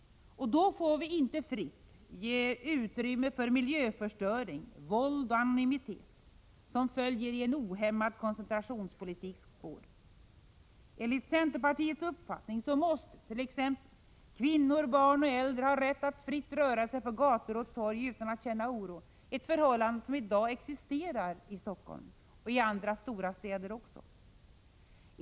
Då får vi inte ge fritt utrymme för miljöförstöring, våld och anonymitet, som följer i en ohämmad koncentrationspolitiks spår. Enligt centerpartiets uppfattning måste t.ex. kvinnor, barn och äldre ha rätt att röra sig fritt på gator och torg utan att känna oro, som de i dag gör i Stockholm och även i andra stora städer.